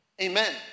amen